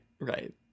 right